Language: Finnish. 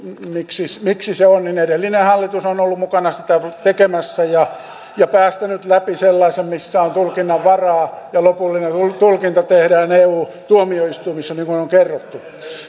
miksi se on edellinen hallitus on ollut mukana sitä tekemässä ja ja päästänyt läpi sellaisen missä on tulkinnanvaraa ja lopullinen tulkinta tehdään eu tuomioistuimissa niin kuin on kerrottu